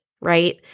right